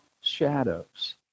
shadows